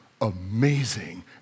amazing